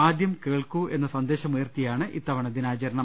ആദ്യം കേൾക്കൂ എന്ന സന്ദേശമുയർത്തിയാണ് ഇത്തവണ ദിനാച രണം